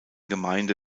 gemeinde